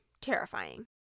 terrifying